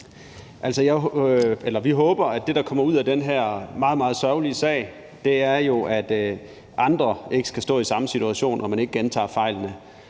Vi håber, at det, der kommer ud af den her meget, meget sørgelige sag, er, at andre ikke kommer til at stå i samme situation, og at man ikke gentager fejlene,